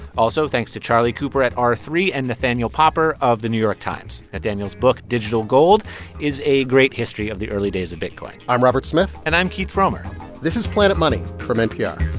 also, thanks to charley cooper at r three and nathaniel popper of the new york times. nathaniel's book digital gold is a great history of the early days of bitcoin i'm robert smith and i'm keith romer this is planet money from npr